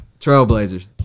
Trailblazers